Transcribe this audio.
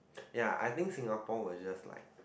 ya I think Singapore were just like